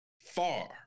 far